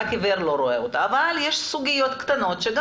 רק עיוור לא רואה אותה אבל יש סוגיות קטנות שגם